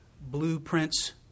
blueprints